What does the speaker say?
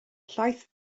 llaeth